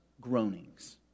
groanings